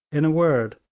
in a word,